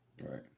Right